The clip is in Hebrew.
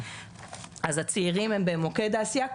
אז הצעירים הם במוקד העשייה,